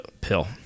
pill